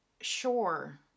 Sure